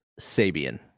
Sabian